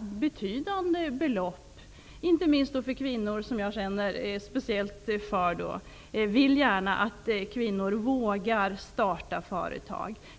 betydande belopp, inte minst för kvinnor, som jag känner speciellt för. Jag vill gärna att kvinnor vågar starta företag.